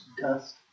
Dust